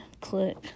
click